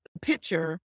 picture